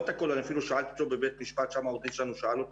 מתעמר בהם או גוזל מהם סמכויות